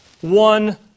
one